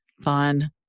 fun